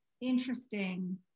interesting